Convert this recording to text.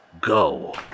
Go